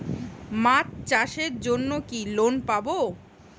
মাছ চাষের জন্য কি লোন পাব?